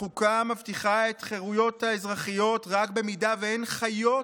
החוקה מבטיחה את החירויות האזרחיות רק במידה שהן 'חיות'